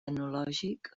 etnològic